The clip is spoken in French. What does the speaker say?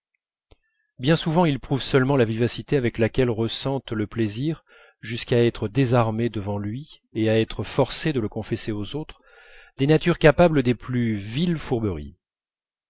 bien souvent il prouve seulement la vivacité avec laquelle ressentent le plaisir jusqu'à être désarmées devant lui et à être forcées de le confesser aux autres des natures capables des plus viles fourberies